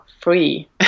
free